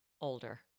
Older